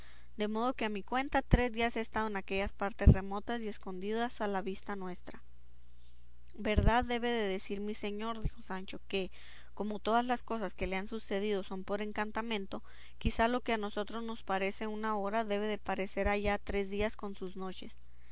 de modo que a mi cuenta tres días he estado en aquellas partes remotas y escondidas a la vista nuestra verdad debe de decir mi señor dijo sancho que como todas las cosas que le han sucedido son por encantamento quizá lo que a nosotros nos parece un hora debe de parecer allá tres días con sus noches